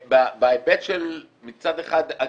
בהיבט של מצד אחד הגינות,